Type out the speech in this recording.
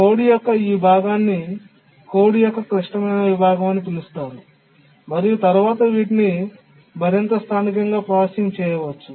code యొక్క ఈ భాగాన్ని కోడ్ యొక్క క్లిష్టమైన విభాగం అని పిలుస్తారు మరియు తరువాత వీటిని మరింత స్థానిక ప్రాసెసింగ్ చేయవచ్చు